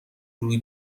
روی